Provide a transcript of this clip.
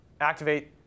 activate